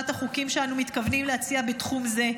החוקים שאנו מתכוונים להציע בתחום זה,